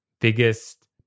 biggest